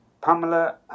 pamela